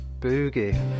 boogie